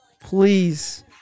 Please